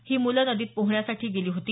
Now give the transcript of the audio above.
ही मुलं नदीत पोहण्यासाठी गेली होती